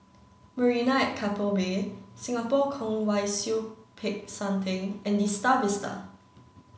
Marina at Keppel Bay Singapore Kwong Wai Siew Peck San Theng and The Star Vista